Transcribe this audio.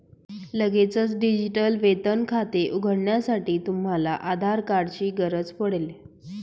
लगेचच डिजिटल वेतन खाते उघडण्यासाठी, तुम्हाला आधार कार्ड ची गरज पडेल